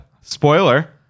Spoiler